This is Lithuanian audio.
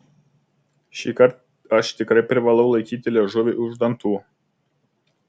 šįkart aš tikrai privalau laikyti liežuvį už dantų